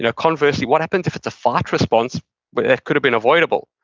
ah conversely, what happens if it's a fight response but that could've been avoidable?